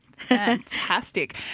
fantastic